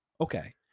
okay